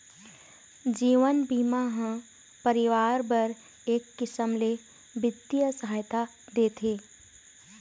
जीवन बीमा ह परिवार बर एक किसम ले बित्तीय सहायता देथे